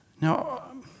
Now